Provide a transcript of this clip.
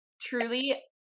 truly